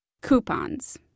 Coupons